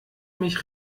mich